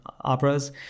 operas